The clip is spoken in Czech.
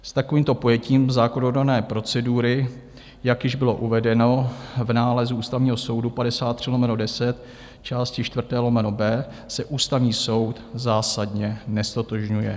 S takovýmto pojetím zákonodárné procedury, jak již bylo uvedeno v nálezu Ústavního soudu 53/10 části 4/B, se Ústavní soud zásadně neztotožňuje.